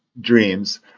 dreams